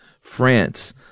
France